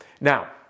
Now